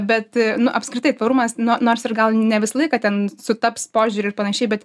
bet apskritai pirmas no nors ir gal ne visą laiką ten sutaps požiūriai ir panašiai bet